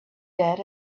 that